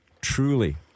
truly